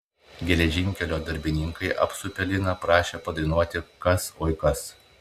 geležinkelio darbininkai apsupę liną prašė padainuoti kas oi kas